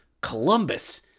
Columbus